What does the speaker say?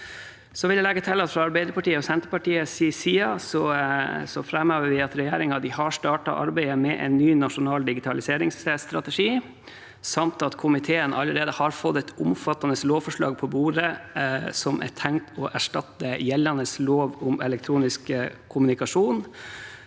fra Arbeiderpartiet og Senterpartiets side framhever at regjeringen har startet arbeidet med en ny nasjonal digitaliseringsstrategi, samt at komiteen allerede har fått på bordet et omfattende lovforslag som er tenkt å erstatte gjeldende lov om elektronisk kommunikasjon.